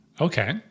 Okay